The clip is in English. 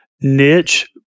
niche